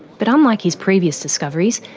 but unlike his previous discoveries,